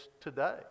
today